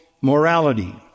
morality